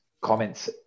comments